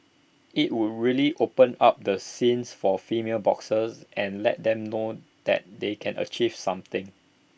IT would really open up the scenes for female boxers and let them know that they can achieve something